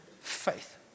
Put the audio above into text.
faith